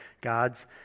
God's